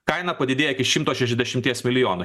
kaina padidėjo iki šimto šešiasdešimties milijonų